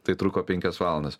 tai truko penkias valandas